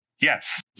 Yes